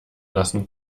lassen